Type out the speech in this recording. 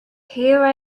here